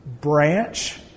branch